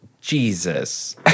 Jesus